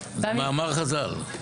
מאמר חז"ל.